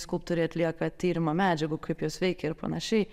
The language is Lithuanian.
skulptoriai atlieka tyrimą medžiagų kaip jos veikia ir panašiai